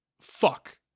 fuck